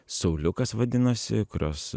sauliukas vadinosi kurios